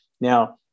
Now